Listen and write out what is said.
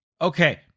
Okay